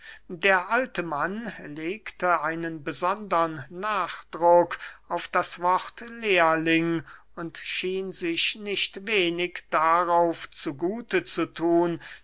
der alte mann legte einen besondern nachdruck auf das wort lehrling und schien sich nicht wenig darauf zu gute zu thun